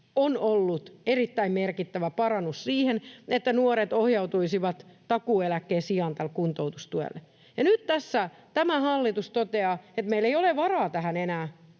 on ollut erittäin merkittävä parannus siihen, että nuoret ohjautuisivat takuueläkkeen sijaan tälle kuntoutustuelle. Ja nyt tässä tämä hallitus toteaa, että meillä ei ole varaa tähän enää